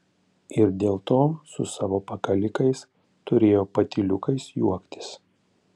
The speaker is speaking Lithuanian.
ir dėl to su savo pakalikais turėjo patyliukais juoktis